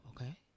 okay